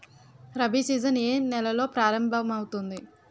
Rabi season ఏ నెలలో ప్రారంభమౌతుంది?